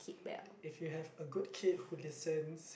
if you have a good kid who listens